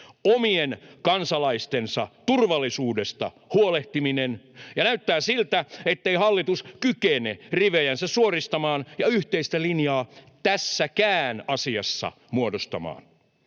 omien kansalaistensa turvallisuudesta huolehtiminen. Ja näyttää siltä, ettei hallitus kykene rivejänsä suoristamaan ja yhteistä linjaa tässäkään asiassa muodostamaan.